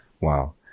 Wow